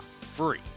Free